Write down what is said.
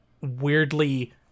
weirdly